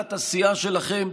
להנהגת הסיעה שלכם,